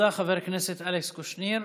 חבר הכנסת אלכס קושניר.